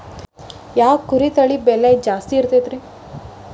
ಯಾವ ಕುರಿ ತಳಿ ಬೆಲೆ ಜಾಸ್ತಿ ಇರತೈತ್ರಿ?